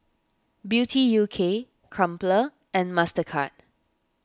Beauty U K Crumpler and Mastercard